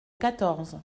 quatorze